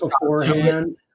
beforehand